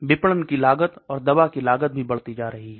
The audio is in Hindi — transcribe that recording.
विपणन की लागत और दवा की लागत भी बढ़ती जा रही है